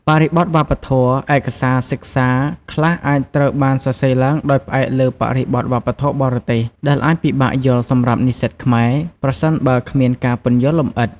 បរិបទវប្បធម៌ ឯកសារសិក្សាខ្លះអាចត្រូវបានសរសេរឡើងដោយផ្អែកលើបរិបទវប្បធម៌បរទេស ដែលអាចពិបាកយល់សម្រាប់និស្សិតខ្មែរ ប្រសិនបើគ្មានការពន្យល់លម្អិត។